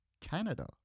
Canada